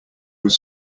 was